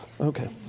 Okay